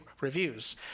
reviews